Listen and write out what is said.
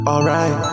Alright